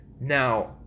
Now